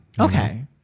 Okay